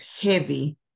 heavy